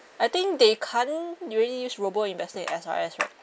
I think they can't really use robo investor in S_R_S right